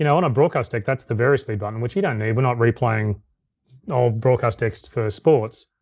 you know on a broadcast deck, that's the various speed button, which you don't need, we're not replaying all broadcast decks for sports.